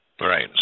Right